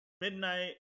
midnight